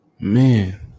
Man